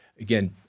again